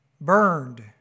burned